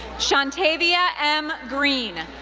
shantavia m. green,